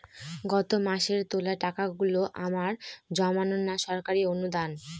গত মাসের তোলা টাকাগুলো আমার জমানো না সরকারি অনুদান?